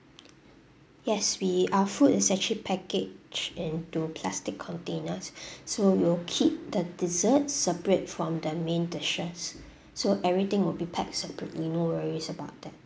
yes we our food is actually packaged into plastic containers so we'll keep the dessert separate from the main dishes so everything will be packed separately no worries about that